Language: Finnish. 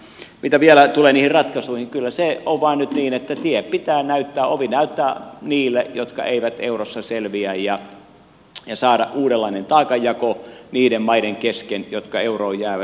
mitä vielä tulee niihin ratkaisuihin kyllä se on vaan nyt niin että ovi pitää näyttää niille jotka eivät eurossa selviä ja saada uudenlainen taakan jako niiden maiden kesken jotka euroon jäävät